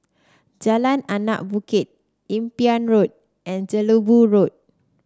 Jalan Anak Bukit Imbiah Road and Jelebu Road